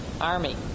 army